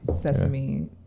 Sesame